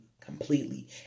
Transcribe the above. completely